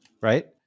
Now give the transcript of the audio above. right